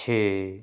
ਛੇ